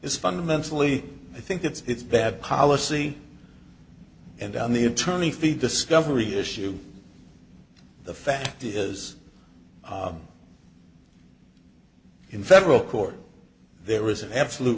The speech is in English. is fundamentally i think it's bad policy and on the attorney feet discovery issue the fact is in federal court there is an absolute